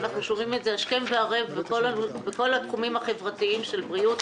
ואנחנו שומעים את זה השכם וערב בכל התחומים החברתיים של בריאות,